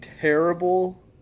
terrible